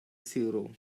zero